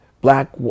black